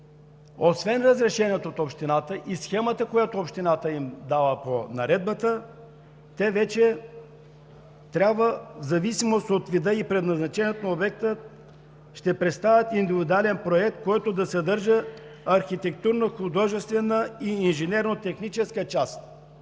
Освен разрешението от общината и схемата, която тя им дава по Наредбата, те вече трябва, в зависимост от вида и предназначението на обекта, да представят индивидуален проект, който да съдържа архитектурно-художествена и инженерно техническа част.